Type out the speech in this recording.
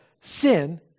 sin